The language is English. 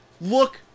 look